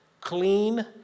clean